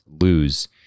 lose